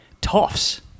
toffs